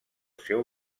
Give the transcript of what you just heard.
seu